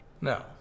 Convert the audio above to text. No